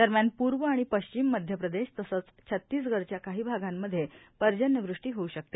दरम्यान पूर्व आणि पश्चिम मध्य प्रदेश तसंच छतीस गडच्या काही भागांमध्ये पर्जन्यवृष्टी होऊ शकते